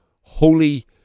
Holy